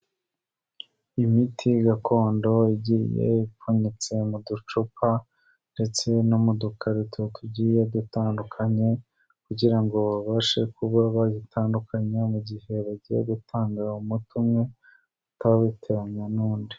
Imiti gakondo igiye ipfunyitse mu ducupa ndetse no mu dukarito tugiye dutandukanye kugira ngo babashe kuba bayitandukanya mu gihe bagiye gutanga umuti umwe utabitiranya n'undi.